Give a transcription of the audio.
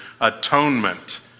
atonement